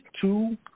two